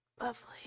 Lovely